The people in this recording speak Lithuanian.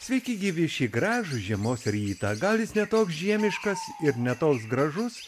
sveiki gyvi šį gražų žiemos rytą gal jis ne toks žiemiškas ir ne toks gražus